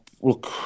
Look